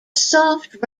soft